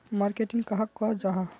Marketing कहाक को जाहा?